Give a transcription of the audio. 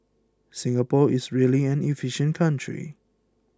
Singapore is really an efficient country